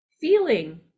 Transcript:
feeling